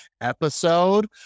episode